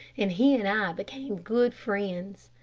and he and i became good friends.